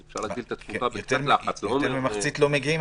אז אפשר להגדיל את התפוקה --- יותר מחצי לא מגיעים.